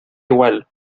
igual